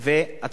שניהם גם.